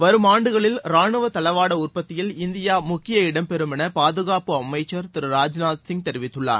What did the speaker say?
வரும் ஆண்டுகளில் ராணுவத் தளவாட உற்பத்தியில் இந்தியா முக்கிய இடம் பெறும் என பாதுகாப்பு அமைச்சர் திரு ராஜ்நாத்சிங் தெரிவித்துள்ளார்